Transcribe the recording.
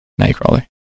Nightcrawler